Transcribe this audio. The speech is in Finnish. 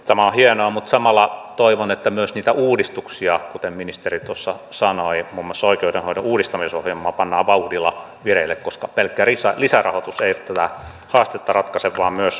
tämä on hienoa mutta samalla toivon että myös niitä uudistuksia kuten ministeri tuossa sanoi muun muassa oikeudenhoidon uudistamisohjelmaa pannaan vauhdilla vireille koska pelkkä lisärahoitus ei tätä haastetta ratkaise vaan myös uudistaminen